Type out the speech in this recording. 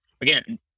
again